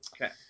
Okay